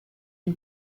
une